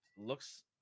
looks